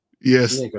Yes